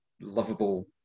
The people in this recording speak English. lovable